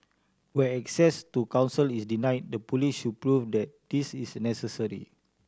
where access to counsel is denied the police should prove that this is necessary